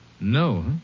No